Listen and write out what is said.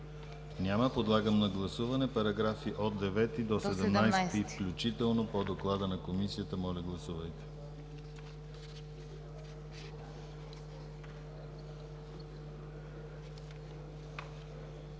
Няма. Подлагам на гласуване параграфи от 9 до 17 включително по доклада на Комисията. Гласували